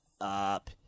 up